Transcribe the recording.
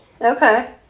Okay